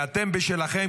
ואתם בשלכם,